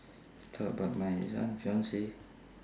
talk about my this one fiancee